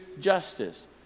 justice